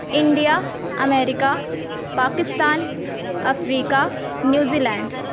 India America Pakistan Africa New Zealand